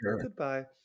Goodbye